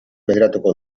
begiratuko